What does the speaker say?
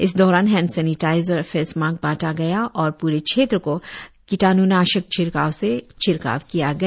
इस दौरान hand sanitizer face mask बांटा गया और प्रे क्षेत्र को कीटाण्नाशक से छिड़काव किया गया